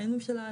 אין ממשלה,